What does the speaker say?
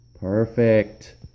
Perfect